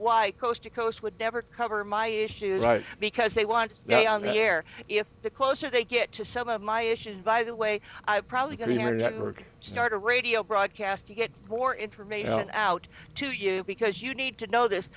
why coast to coast would never cover my issues because they want to stay on the air if the closer they get to some of my issues by the way i probably got here network start a radio broadcast to get more information out to you because you need to know this